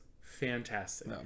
fantastic